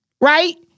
right